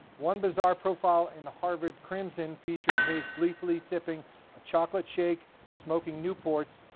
one bizarre profile in the harvard crimson featured hayes gleefully sipping a chocolate shake, smoking newports,